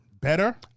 Better